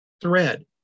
thread